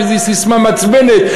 שזה ססמה מעצבנת,